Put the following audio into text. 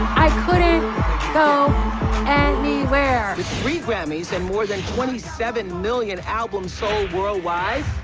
i couldn't go anywhere. with three grammys and more than twenty seven million albums sold worldwide,